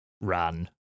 ran